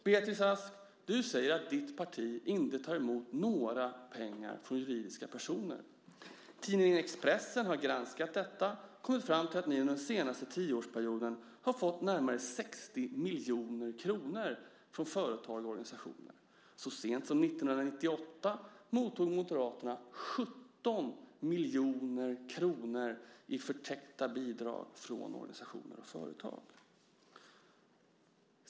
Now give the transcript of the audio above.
Beatrice Ask säger att ert parti inte tar emot några bidrag från juridiska personer. Tidningen Expressen har granskat detta och kommit fram till att ni under den senaste tioårsperioden har fått närmare 60 miljoner kronor från företag och organisationer. Så sent som 1998 mottog Moderaterna 17 miljoner kronor i täckta bidrag från organisationer och företag.